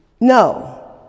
No